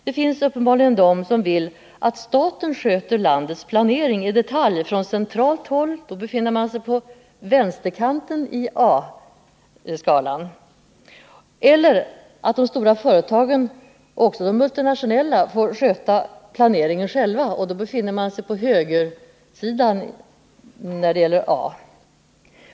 Det finns uppenbarligen de som vill att staten sköter landets planering i detalj från centralt håll — de befinner sig på vänsterkanten av A-skalan — eller att de stora företagen, också de multinationella, får sköta planeringen själva —de befinner sig på högersidan av A-skalan.